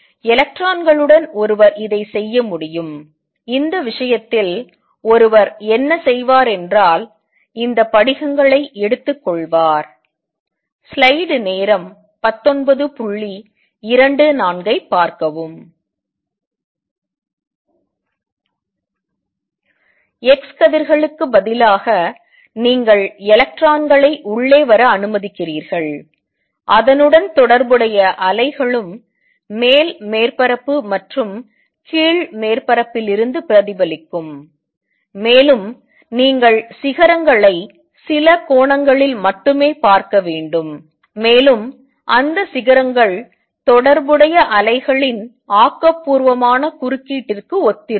எனவே எலக்ட்ரான்களுடன் ஒருவர் இதைச் செய்ய முடியும் இந்த விஷயத்தில் ஒருவர் என்ன செய்வார் என்றால் இந்த படிகங்களை எடுத்துக் கொள்வார் எக்ஸ் கதிர்களுக்குப் பதிலாக நீங்கள் எலக்ட்ரான்களை உள்ளே வர அனுமதிக்கிறீர்கள் அதனுடன் தொடர்புடைய அலைகளும் மேல் மேற்பரப்பு மற்றும் கீழ் மேற்பரப்பில் இருந்து பிரதிபலிக்கும் மேலும் நீங்கள் சிகரங்களை சில கோணங்களில் மட்டுமே பார்க்க வேண்டும் மேலும் அந்த சிகரங்கள் தொடர்புடைய அலைகளின் ஆக்கபூர்வமான குறுக்கீட்டிற்கு ஒத்திருக்கும்